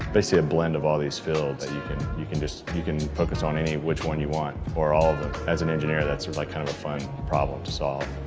basically a blend of all these fields, you can you can just you can focus on any which one you want, or all of them as an engineer, that's like kind of a fun problem to solve.